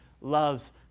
loves